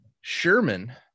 Sherman